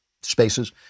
spaces